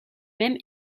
même